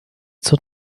zur